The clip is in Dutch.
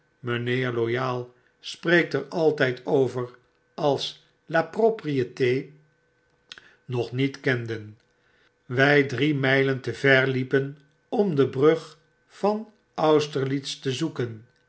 loyal spreekt er altyd over als la propriete nog niet kenden wy drie mylen ver liepen om de brugvan austerlitz te zoeken